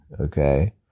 Okay